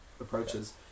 approaches